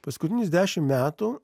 paskutinius dešimt metų